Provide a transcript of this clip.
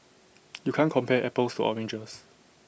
you can't compare apples to oranges